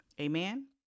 Amen